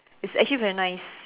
it's actually very nice